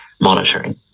monitoring